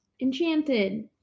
Enchanted